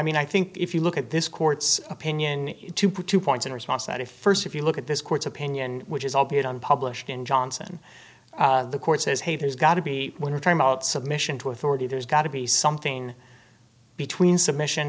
mean i think if you look at this court's opinion to put two points in response that if first if you look at this court's opinion which is albeit on published in johnson the court says hey there's got to be one time out submission to authority there's got to be something in between submission